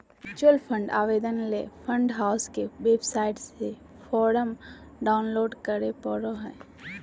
mutual fund आवेदन ले fund house के वेबसाइट से फोरम डाऊनलोड करें परो हय